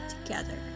together